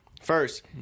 first